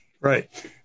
Right